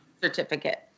certificate